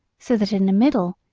so that in the middle,